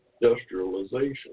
industrialization